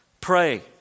Pray